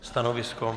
Stanovisko?